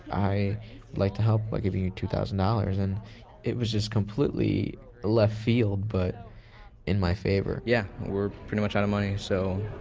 i'd like to help by giving you two thousand dollars, and it was just completely left field, but in my favor yeah, we're pretty much out of money, so